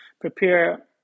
prepare